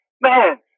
man